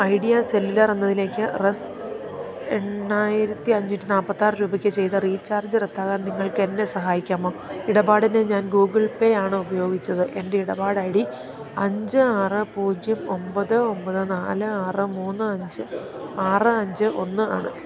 idea cellular എന്നതിലേക്ക് R S എണ്ണായിരത്തി അഞ്ഞൂറ്റി നാല്പ്പത്തിയാറ് രൂപയ്ക്ക് ചെയ്ത റീചാർജ് റദ്ദാക്കാൻ നിങ്ങൾക്കെന്നെ സഹായിക്കാമോ ഇടപാടിന് ഞാൻ ഗൂഗിൾ പേ ആണ് ഉപയോഗിച്ചത് എൻ്റെ ഇടപാട് ഐ ഡി അഞ്ച് ആറ് പൂജ്യം ഒമ്പത് ഒമ്പത് നാല് ആറ് മൂന്ന് അഞ്ച് ആറ് അഞ്ച് ഒന്നാണ്